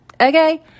Okay